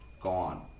Gone